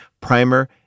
Primer